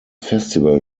festival